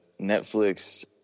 Netflix